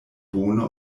bone